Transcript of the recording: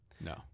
No